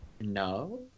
No